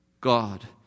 God